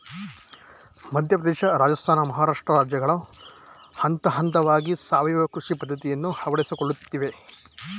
ಮಧ್ಯಪ್ರದೇಶ, ರಾಜಸ್ಥಾನ, ಮಹಾರಾಷ್ಟ್ರ ರಾಜ್ಯಗಳು ಹಂತಹಂತವಾಗಿ ಸಾವಯವ ಕೃಷಿ ಪದ್ಧತಿಯನ್ನು ಅಳವಡಿಸಿಕೊಳ್ಳುತ್ತಿವೆ